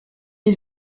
est